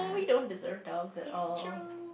we don't deserve dogs at all